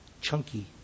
chunky